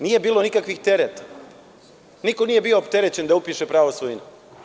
Nije bilo nikakvih tereta, niko nije bio opterećen da upiše pravo svojine.